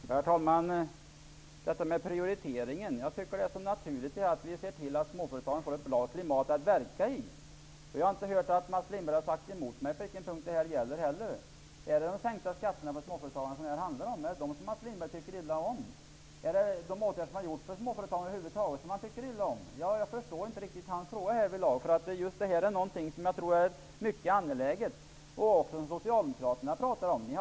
Herr talman! När det gäller prioriteringen tycker jag att det är naturligt att vi ser till att småföretagen får ett bra klimat att verka i. Jag har inte hört att Mats Lindberg skulle ha sagt emot mig. Vilken punkt gäller det? Handlar det om att man har sänkt skatterna för småföretagarna? Tycker Mats Lindberg illa om det? Tycker Mats Lindberg över huvud taget illa om de åtgärder som har vidtagits för att främja småföretagarna? Jag förstår inte hans fråga riktigt. Just det här är någonting som jag tror är mycket angeläget. Socialdemokraterna har också pratat om detta.